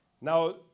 Now